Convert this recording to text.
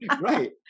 right